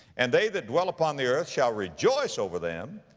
and they that dwell upon the earth shall rejoice over them,